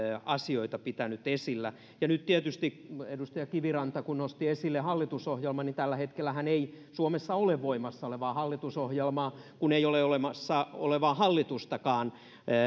asioita pitänyt esillä ja nyt tietysti kun edustaja kiviranta nosti esille hallitusohjelman niin tällä hetkellähän ei suomessa ole voimassa olevaa hallitusohjelmaa kun ei ole olemassa olevaa hallitustakaan